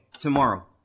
Tomorrow